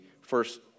first